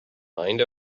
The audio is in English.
mind